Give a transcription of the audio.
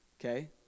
Okay